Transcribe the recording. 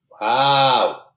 Wow